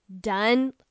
done